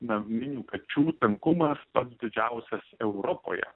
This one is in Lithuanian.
naminių kačių tankumas pats didžiausias europoje